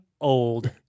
old